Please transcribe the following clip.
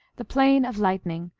the plain of lightning,